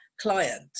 client